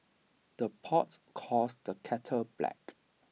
the pot calls the kettle black